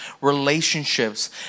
relationships